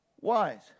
wise